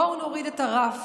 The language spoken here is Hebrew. בואו נוריד את הרף